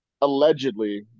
allegedly